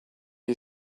you